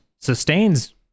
sustains